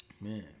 Man